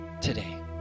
today